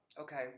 Okay